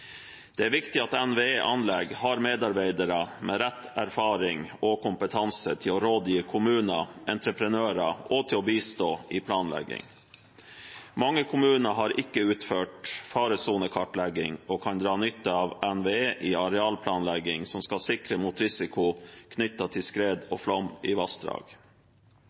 Det er viktig at NVE Anlegg har medarbeidere med rett erfaring og kompetanse til å rådgi kommuner og entreprenører og til å bistå i planlegging. Mange kommuner har ikke utført faresonekartlegging og kan dra nytte av NVE i arealplanlegging som skal sikre mot risiko knyttet til skred og flom i vassdrag.